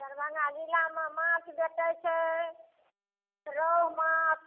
दरभंगा जिलामे माछ भेटै छै रहु माछ